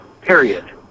period